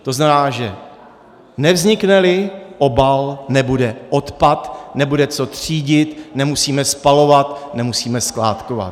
To znamená, že nevznikneli obal, nebude odpad, nebude co třídit, nemusíme spalovat, nemusíme skládkovat.